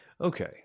Okay